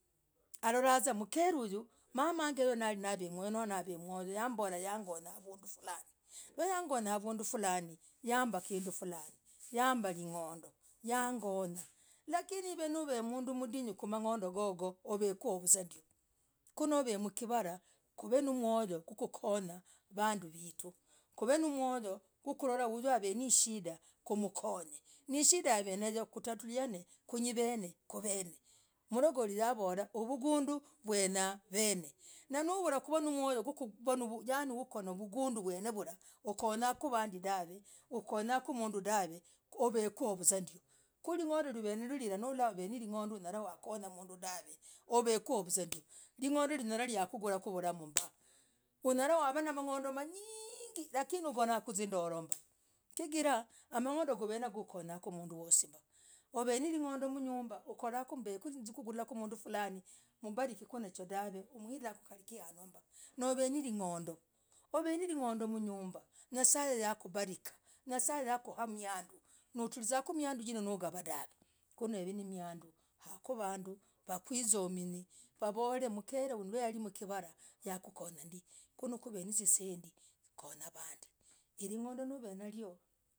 Halorazah mkere huyu mamah nari nambemoyo nambemoyo nambemoyo nalinangonyaavunduu fulaani ne ngonya avunduu ee yambah kinduu falaani yambah ling'ondo yangonyah lakini hiv mnduu mdinyu kwamang'ondoo gogo uvekovzandioo kunovemkivarah.